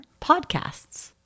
podcasts